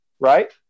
right